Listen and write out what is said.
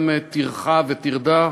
גם טרחה וטרדה,